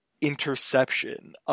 interception